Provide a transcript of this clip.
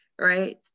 right